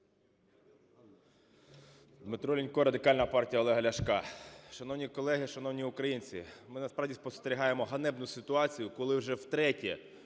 Дмитро Лінько, Радикальна партія Олега Ляшка. Шановні колеги, шановні українці! Ми насправді спостерігаємо ганебну ситуацію, коли вже втретє